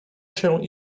się